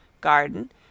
garden